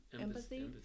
Empathy